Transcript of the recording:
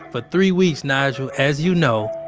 but three weeks, nigel, as you know,